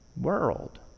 world